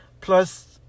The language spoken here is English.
Plus